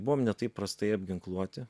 buvom ne taip prastai apginkluoti